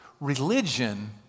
Religion